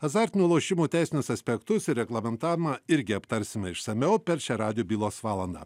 azartinių lošimų teisinius aspektus ir reglamentavimą irgi aptarsime išsamiau per šią radijo bylos valandą